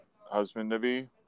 husband-to-be